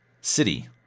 city